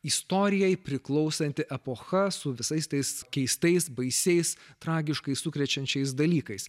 istorijai priklausanti epocha su visais tais keistais baisiais tragiškai sukrečiančiais dalykais